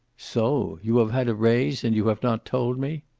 so you have had a raise, and you have not told me?